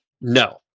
No